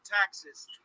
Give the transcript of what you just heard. taxes